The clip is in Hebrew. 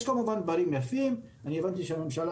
יש כמובן דברים יפים אני הבנתי שהממשלה